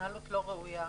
שהיא לא ראויה.